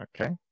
Okay